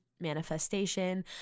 manifestation